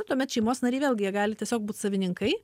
tuomet šeimos nariai vėlgi jie gali tiesiog būt savininkai